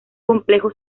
complejo